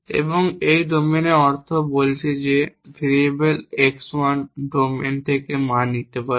এবং এই ডোমেনের অর্থ বলছে যে ভেরিয়েবল x 1 ডোমেইন থেকে মান নিতে পারে